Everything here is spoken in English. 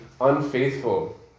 unfaithful